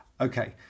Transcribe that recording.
Okay